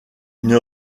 une